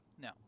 No